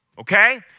okay